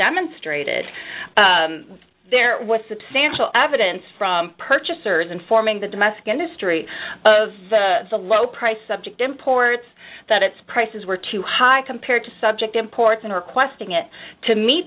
demonstrated there was substantial evidence from purchasers informing the domestic industry of the low price subject imports that its prices were too high compared to subject imports and requesting it to me